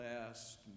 last